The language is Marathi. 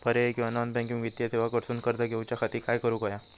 पर्यायी किंवा नॉन बँकिंग वित्तीय सेवा कडसून कर्ज घेऊच्या खाती काय करुक होया?